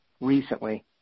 recently